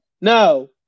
No